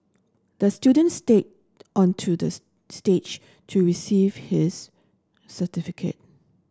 the student stand onto the stage to receive his certificate